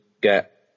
get